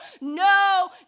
no